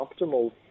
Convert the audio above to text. optimal